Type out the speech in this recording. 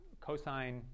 Cosine